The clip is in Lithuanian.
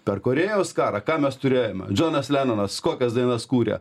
per korėjos karą ką mes turėjome džonas lenonas kokias dainas kūrė